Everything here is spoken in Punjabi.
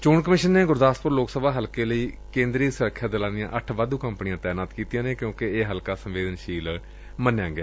ਚੋਣ ਕਮਿਸ਼ਨ ਨੇ ਗੁਰਦਾਸਪੂਰ ਲੋਕ ਸਭ ਹਲਕੇ ਲਈ ਕੇਂਦਰੀ ਸੁਰੱਖਿਆ ਬਲਾਂ ਦੀਆਂ ਅੱਠ ਵਾਧੂ ਕੰਪਨੀਆ ਤਾਇਨਾਤ ਕੀਤੀਆਂ ਨੇ ਕਿਓਕਿ ਇਹ ਹਲਕਾ ਸੰਵੇਦਨਸ਼ੀਲ ਮੰਨਿਆ ਗਿਆ